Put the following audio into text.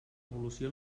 evolució